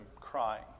crying